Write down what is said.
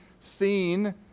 seen